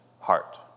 heart